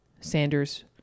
Sanders